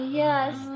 yes